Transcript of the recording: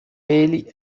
ele